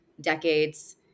decades